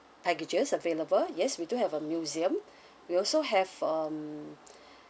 packages available yes we do have a museum we also have um